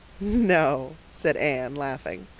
no, said anne, laughing,